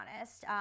honest